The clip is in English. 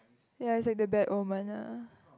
ya it's like the bad omen ah